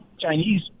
Chinese